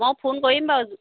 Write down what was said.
মই ফোন কৰিম বাৰু